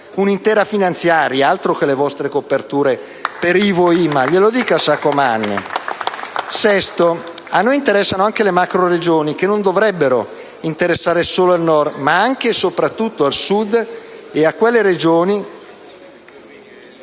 Sesto: a noi interessano anche le macroregioni, che non dovrebbero interessare solo al Nord ma anche e soprattutto al Sud e a quelle Regioni